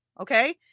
okay